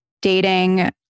dating